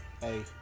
Hey